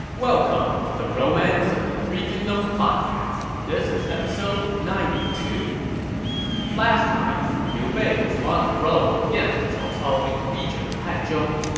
welcome to the romance of the three kingdoms podcast. this is episode ninety two point last time, liu bei was on a roll against cao cao in the region of hanzhong.